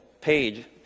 page